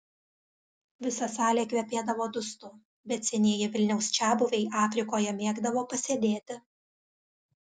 visa salė kvepėdavo dustu bet senieji vilniaus čiabuviai afrikoje mėgdavo pasėdėti